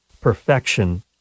perfection